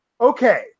Okay